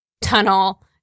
tunnel